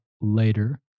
later